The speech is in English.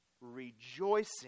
rejoicing